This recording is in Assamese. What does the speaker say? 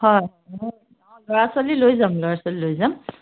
হয় অঁ ল'ৰা ছোৱালী লৈ যাম ল'ৰা ছোৱালী লৈ যাম